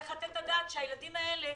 צריך לתת את הדעת שהילדים האלה,